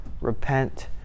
repent